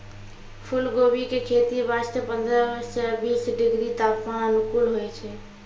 फुलकोबी के खेती वास्तॅ पंद्रह सॅ बीस डिग्री तापमान अनुकूल होय छै